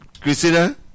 Christina